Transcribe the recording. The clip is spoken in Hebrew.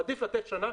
עדיף לתת שנה.